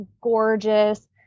gorgeous